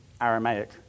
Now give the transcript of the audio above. Aramaic